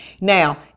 Now